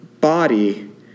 body